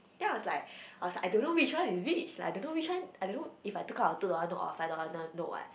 then I was like I was like I don't know which one is which I don't know which one I don't know if I took out a two dollar note or a five dollar note note what